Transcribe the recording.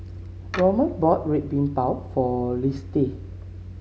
Roman bought Red Bean Bao for Lisette